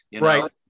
Right